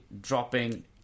dropping